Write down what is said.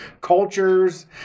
cultures